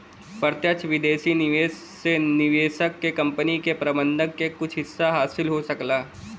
प्रत्यक्ष विदेशी निवेश से निवेशक क कंपनी के प्रबंधन क कुछ हिस्सा हासिल हो सकला